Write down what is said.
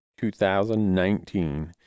2019